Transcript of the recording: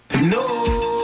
No